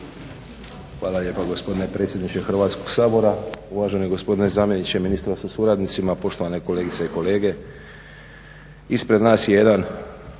Hvala lijepo gospodine predsjedniče Hrvatskog sabora. Uvaženi gospodine zamjeniče ministra sa suradnicima, poštovane kolegice i kolege. Ispred nas je jedan